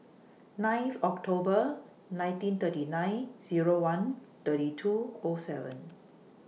ninth October nineteen thirty nine Zero one thirty two O seven